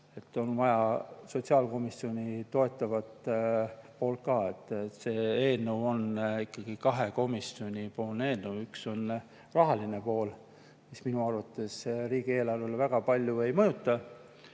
et on vaja sotsiaalkomisjoni toetavat poolt ka. See eelnõu on ikkagi kahe komisjoni eelnõu: üks on rahaline pool, mis minu arvates riigieelarvet väga palju ei mõjuta,